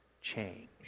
Change